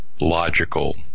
logical